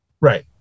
Right